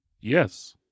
Yes